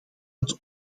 het